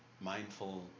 mindful